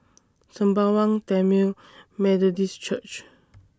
Sembawang Tamil Methodist Church